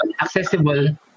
accessible